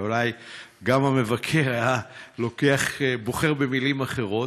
אולי גם המבקר היה בוחר מילים אחרות.